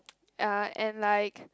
uh and like